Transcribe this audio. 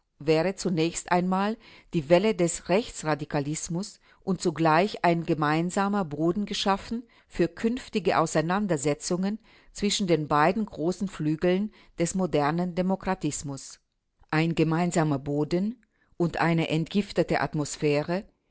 wäre zunächst einmal die welle des rechtsradikalismus und zugleich ein gemeinsamer boden geschaffen für künftige auseinandersetzungen zwischen den beiden großen flügeln des modernen demokratismus ein gemeinsamer boden und eine entgiftete atmosphäre